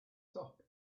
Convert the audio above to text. top